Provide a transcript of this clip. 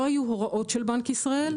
לא היו הוראות של בנק ישראל,